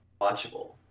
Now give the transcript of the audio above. watchable